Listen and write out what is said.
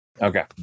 Okay